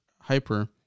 Hyper